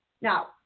Now